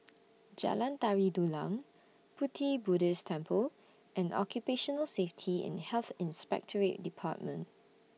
Jalan Tari Dulang Pu Ti Buddhist Temple and Occupational Safety and Health Inspectorate department